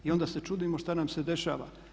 I onda se čudimo šta nam se dešava.